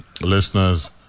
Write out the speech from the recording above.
listeners